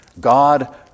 God